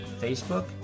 Facebook